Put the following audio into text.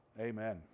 Amen